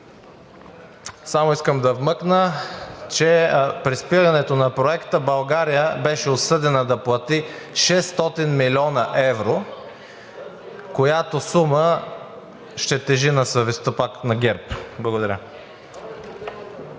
Само искам да вмъкна, че при спирането на проекта България беше осъдена да плати 600 млн. евро, която сума ще тежи на съвестта пак на ГЕРБ. Благодаря.